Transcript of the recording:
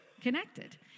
connected